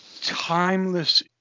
timeless